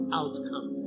outcome